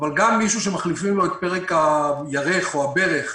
אבל גם מי שמחליפים לו את פרק הירך או הברך,